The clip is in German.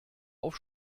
auf